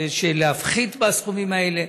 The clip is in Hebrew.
להפחית בסכומים האלה.